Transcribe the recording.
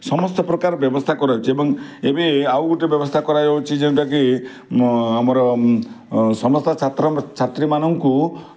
ସମସ୍ତ ପ୍ରକାର ବ୍ୟବସ୍ଥା କରାଯାଉଛି ଏବଂ ଏବେ ଆଉ ଗୋଟେ ବ୍ୟବସ୍ଥା କରାଯାଉଛି ଯେଉଁଟା କି ଆମର ସମସ୍ତ ଛାତ୍ର ଛାତ୍ରୀମାନଙ୍କୁ